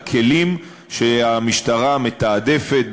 והכלים שהמשטרה מתעדפת,